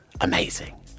amazing